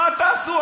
מה תעשו?